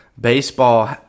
baseball